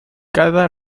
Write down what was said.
cada